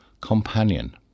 companion